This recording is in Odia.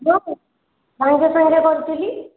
ସାଙ୍ଗେ ସାଙ୍ଗେ କରିଥିଲି